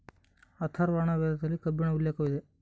ಅಥರ್ವರ್ಣ ವೇದದಲ್ಲಿ ಕಬ್ಬಿಣ ಉಲ್ಲೇಖವಿದೆ